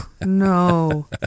No